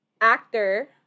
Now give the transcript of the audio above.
actor